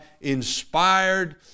inspired